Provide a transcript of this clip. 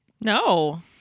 No